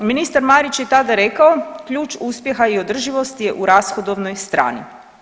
Ministar Marić je tada rekao, ključ uspjeha i održivosti je u rashodovnoj strani.